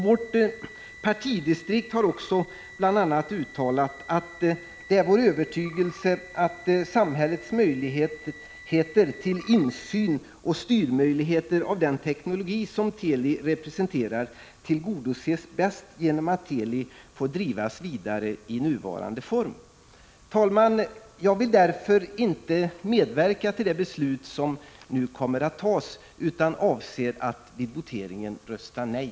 Vårt partidistrikt har också bl.a. uttalat: ”Det är vår övertygelse att samhällets möjligheter till insyn och styrmöjligheter av den teknologi som Teli representerar tillgodoses bäst genom att Teli får drivas vidare i nuvarande form.” Herr talman! Jag vill därför inte medverka till det beslut som nu kommer att fattas, utan avser att vid voteringen rösta nej.